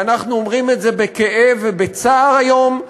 ואנחנו אומרים את זה בכאב ובצער היום,